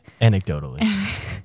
Anecdotally